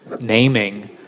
naming